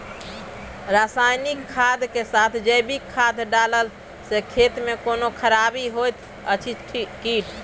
रसायनिक खाद के साथ जैविक खाद डालला सॅ खेत मे कोनो खराबी होयत अछि कीट?